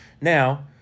Now